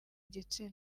gitsina